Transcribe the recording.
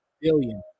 billion